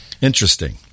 Interesting